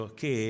che